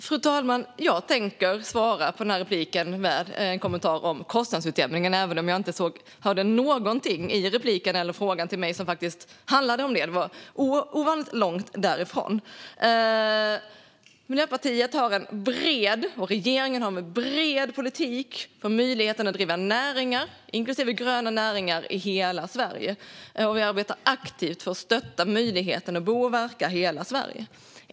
Fru talman! Jag tänker svara på denna replik med en kommentar om kostnadsutjämningen, även om jag inte hörde något i repliken och frågan till mig som handlade om det. Det var i stället ovanligt långt därifrån. Miljöpartiet och regeringen har en bred politik för möjligheten att driva näringar, inklusive gröna näringar, i hela Sverige. Vi arbetar aktivt för att stötta möjligheten att bo och verka i hela Sverige.